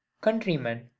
countrymen